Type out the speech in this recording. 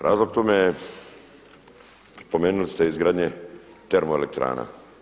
Razlog tome je, spomenuli ste izgradnje termoelektrana.